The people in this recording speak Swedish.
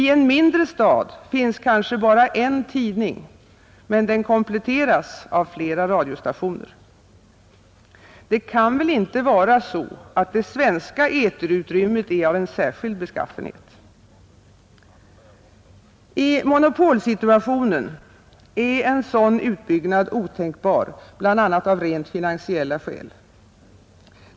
I en mindre stad finns det kanske bara en tidning, men den kompletteras av flera radiostationer. Det kan väl inte vara så, att det svenska eterutrymmet är av en särskild beskaffenhet? I monopolsituationen är en sådan utbyggnad otänkbar, bl.a. av rent finansiella skäl.